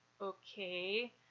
okay